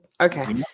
okay